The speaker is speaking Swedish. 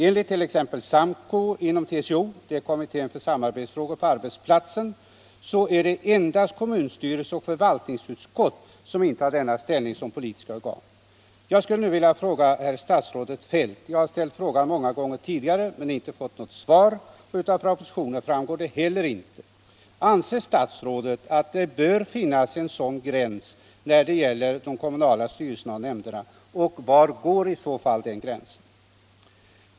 Enligt t.ex. SAMKO - TCO:s kommitté för samarbetsfrågor på arbetsplatsen — är det endast kommunstyrelse och förvaltningsutskott som intar ställningen som politiska organ. Jag skulle vilja ställa en fråga till statsrådet Feldt, en fråga som jag har ställt många gånger tidigare men inte fått något svar på, och något besked lämnas inte heller i propositionen: Anser statsrådet att det bör finnas en sådan gräns när det gäller de kommunala styrelserna och nämnderna, och var går i så fall den gränsen?